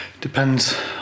depends